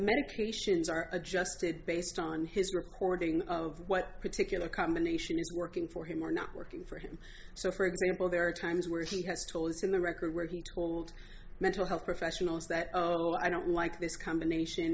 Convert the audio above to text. medications are adjusted based on his recording of what particular combination is working for him or not working for him so for example there are times where he has told us in the record where he told mental health professionals that oh i don't like this combination